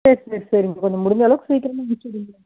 சரி சரி சரிங்க கொஞ்சம் முடிஞ்ச அளவுக்கு சிக்கிரமாக முடிச்சு விடுங்களேன்